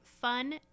fun